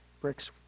bricks